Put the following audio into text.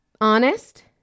Honest